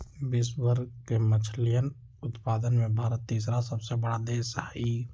विश्व भर के मछलयन उत्पादन में भारत तीसरा सबसे बड़ा देश हई